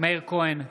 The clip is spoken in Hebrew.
מאיר כהן,